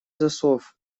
засов